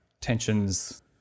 tensions